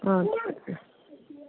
اَدٕ سہ